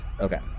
Okay